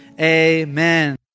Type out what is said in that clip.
amen